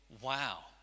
wow